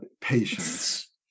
patience